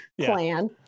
plan